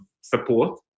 support